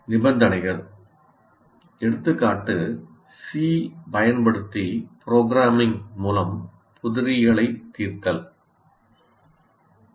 நிபந்தனைகள் எடுத்துக்காட்டு "C பயன்படுத்தி ப்ரோக்ராம்மிங் மூலம் புதிரிகளை தீர்த்தல்"